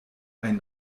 ein